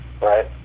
right